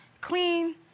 clean